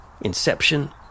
Inception